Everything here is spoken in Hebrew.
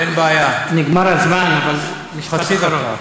אין בעיה, נגמר הזמן אבל משפט אחרון.